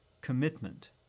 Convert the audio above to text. commitment